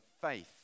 faith